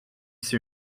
c’est